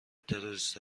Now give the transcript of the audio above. تروریست